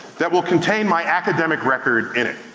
that will contain my academic record in it.